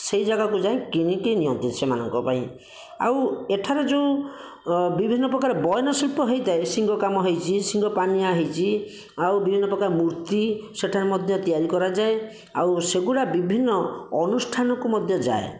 ସେହି ଜାଗାକୁ ଯାଇ କିଣିକି ନିଅନ୍ତି ସେମାନଙ୍କ ପାଇଁ ଆଉ ଏଠାରେ ଯେଉଁ ବିଭିନ୍ନ ପ୍ରକାର ବୟନ ଶିଳ୍ପ ହୋଇଥାଏ ଶିଂଘ କାମ ହେଇଛି ଶିଂଘ ପାନିଆ ହେଇଛି ଆଉ ବିଭିନ୍ନ ପ୍ରକାର ମୂର୍ତ୍ତି ସେଠାରେ ମଧ୍ୟ ତିଆରି କରାଯାଏ ଆଉ ସେ ଗୁଡ଼ା ବିଭିନ୍ନ ଅନୁଷ୍ଠାନକୁ ମଧ୍ୟ ଯାଏ